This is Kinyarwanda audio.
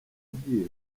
bwiru